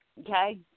okay